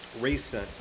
recent